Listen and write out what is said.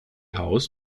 haus